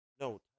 No